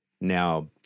now